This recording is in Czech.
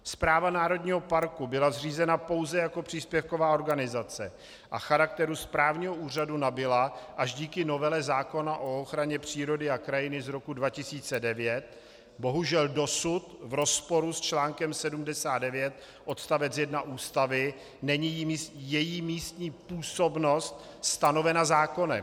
Správa národního parku byla zřízena pouze jako příspěvková organizace a charakteru správního úřadu nabyla až díky novele zákona o ochraně přírody a krajiny z roku 2009, bohužel dosud v rozporu s článkem 79 odstavec 1 Ústavy není její místní působnost stanovena zákonem.